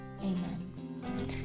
amen